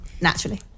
Naturally